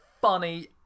funny